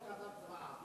לא כתב צוואה,